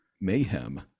mayhem